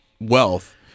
wealth